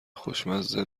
خوشمزه